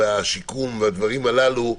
השיקום והדברים הללו,